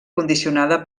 condicionada